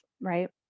right